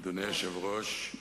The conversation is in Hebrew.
אדוני היושב-ראש,